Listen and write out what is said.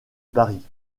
paris